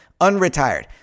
unretired